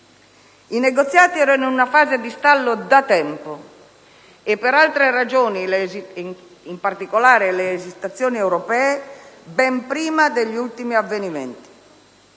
I negoziati erano in una fase di stallo da tempo, e per altre ragioni - in particolare le esitazioni europee - ben prima degli ultimi avvenimenti.